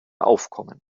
aufkommen